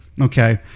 Okay